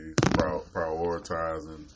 prioritizing